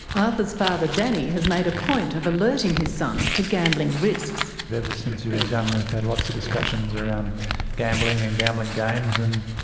arthur's father danny has made a point of alerting his son to gambling risks. ever since he was young we've had lots of discussions around gambling and gambling games and